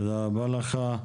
תודה רבה לך.